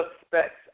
suspects